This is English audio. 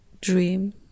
dream